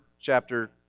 chapter